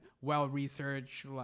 well-researched